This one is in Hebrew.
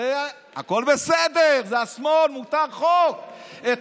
זה, הכול בסדר, זה השמאל, מותר, נא לסכם.